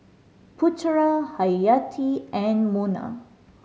Putera Hayati and Munah